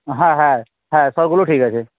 হ্যাঁ হ্যাঁ হ্যাঁ সবগুলো ঠিক আছে